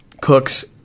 Cooks